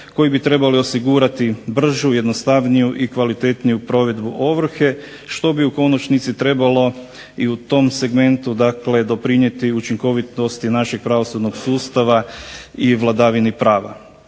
koji bi trebali osigurati bržu, jednostavniju i kvalitetniju provedbu ovrhe što bi u konačnici trebalo i u tom segmentu dakle doprinijeti učinkovitosti našeg pravosudnog sustava i vladavini prava.